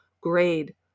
grade